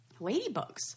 ladybugs